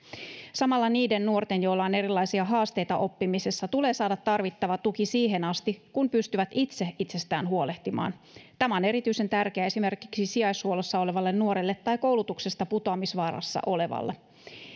samalla niiden nuorten joilla on erilaisia haasteita oppimisessa tulee saada tarvittava tuki siihen asti kun pystyvät itse itsestään huolehtimaan tämä on erityisen tärkeää esimerkiksi sijaishuollossa olevalle nuorelle tai koulutuksesta putoamisvaarassa olevalle